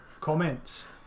comments